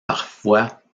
parfois